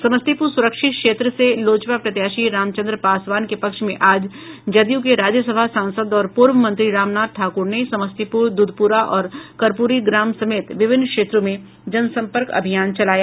समस्तीपुर सुरक्षित क्षेत्र से लोजपा प्रत्याशी रामचन्द्र पासवान के पक्ष में आज जदयू के राज्यसभा सांसद और पूर्व मंत्री रामनाथ ठाकुर ने समस्तीपुर दुधपुरा और कर्पूरी ग्राम समेत विभिन्न क्षेत्रों में जनसंपर्क अभियान चलाया